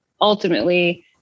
ultimately